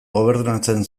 gobernatzen